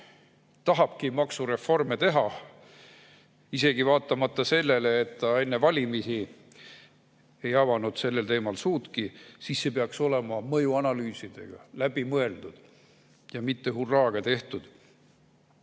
tahabki maksureforme teha, vaatamata sellele, et enne valimisi ei avanud sel teemal suudki, siis peaksid need olema mõjuanalüüsidega, läbi mõeldud ja mitte hurraaga tehtud. Seega